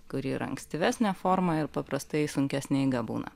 kuri ir ankstyvesnė forma ir paprastai sunkesnė eiga būna